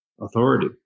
authority